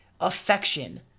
affection